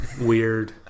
weird